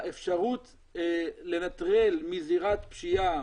האפשרות לנטרל מזירת פשיעה,